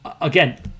again